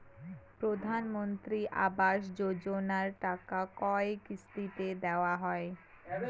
প্রধানমন্ত্রী আবাস যোজনার টাকা কয় কিস্তিতে দেওয়া হয়?